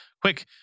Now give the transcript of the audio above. quick